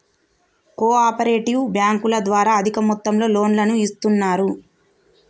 కో operative బ్యాంకుల ద్వారా అధిక మొత్తంలో లోన్లను ఇస్తున్నరు